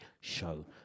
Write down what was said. show